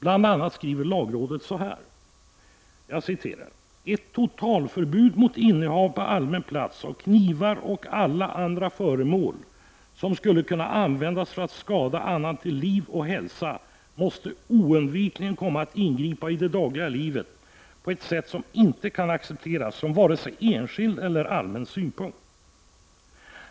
Lagrådet skriver bl.a.: ”Ett totalförbud mot innehav på allmän plats av knivar och alla andra föremål som skulle kunna användas för att skada annan till liv och hälsa måste oundvikligen komma att ingripa i det dagliga livet på ett sätt som inte kan accepteras från vare sig enskild eller allmän synpunkt.